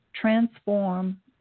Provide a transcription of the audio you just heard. transform